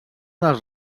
dels